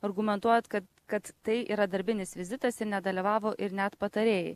argumentuojant kad kad tai yra darbinis vizitas ir nedalyvavo ir net patarėjai